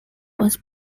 was